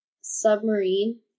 submarine